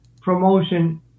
promotion